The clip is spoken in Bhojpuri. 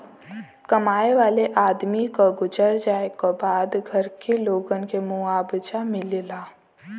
कमाए वाले आदमी क गुजर जाए क बाद घर के लोगन के मुआवजा मिलेला